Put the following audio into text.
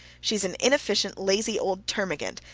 she's an inefficient, lazy old termagant,